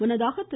முன்னதாக திரு